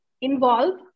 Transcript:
involve